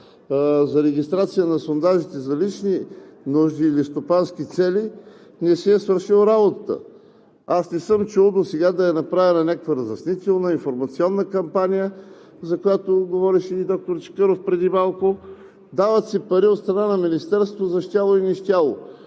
за регистрация на сондажите за лични нужди или стопански цели, не си е свършил работата. Аз не съм чул досега да е направена някаква разяснителна, информационна кампания, за която говореше и доктор Чакъров преди малко. Дават се пари от страна на Министерството за щяло и нещяло